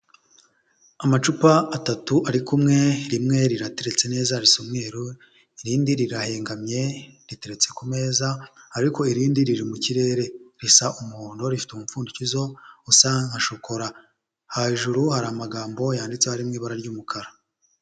Amacupa atatu ari kumwe, rimwe rirateretse neza risa umweru irindi rirahengamye riteretse ku meza ariko irindi riri mu kirere risa umuhondo rifite umupfundikizo usa nka shokora hejuru hari amagambo yanditse harimo ibara ry'umukara.